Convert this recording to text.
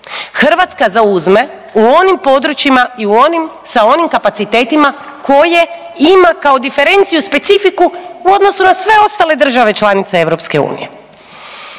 Hrvatska zauzme u onim područjima i u onim, sa onim kapacitetima koje ima kao differentia specifica u odnosu na sve ostale države članice EU.